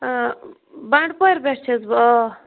بَنڈپورِ پٮ۪ٹھ چھَس بہٕ آ